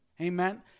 Amen